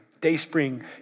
Dayspring